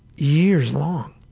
years long.